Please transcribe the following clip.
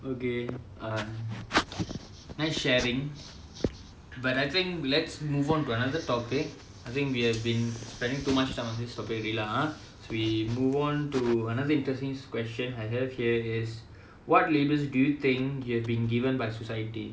okay um nice sharing but I think let's move on to another topic I think we have been spending too much time on this topic already lah so we move on to another interesting question I have here is what labels do you think you have been given by society